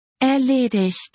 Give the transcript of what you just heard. Erledigt